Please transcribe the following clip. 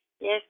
Yes